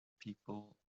people